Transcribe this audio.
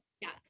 Yes